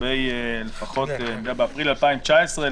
לפחות באפריל 2019,